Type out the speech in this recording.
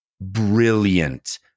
brilliant